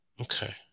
Okay